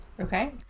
Okay